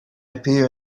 appear